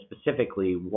specifically